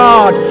God